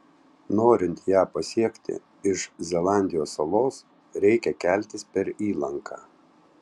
norint ją pasiekti iš zelandijos salos reikia keltis per įlanką